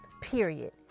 period